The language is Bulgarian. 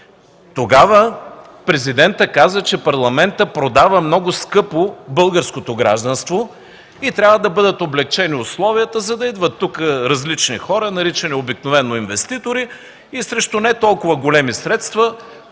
Тогава президентът каза, че Парламентът продава много скъпо българското гражданство и трябва да бъдат облекчени условията, за да идват тук различни хора, наричани обикновено инвеститори, и срещу не толкова големи средства,